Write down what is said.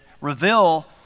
reveal